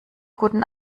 guten